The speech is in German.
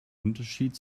unterschied